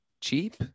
cheap